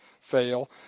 fail